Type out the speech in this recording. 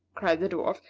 cried the dwarf,